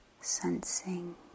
sensing